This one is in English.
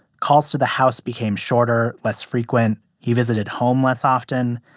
calls to the house became shorter, less frequent. he visited home less often.